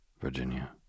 Virginia